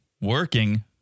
working